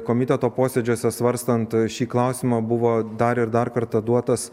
komiteto posėdžiuose svarstant šį klausimą buvo dar ir dar kartą duotas